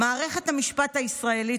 "מערכת המשפט הישראלית",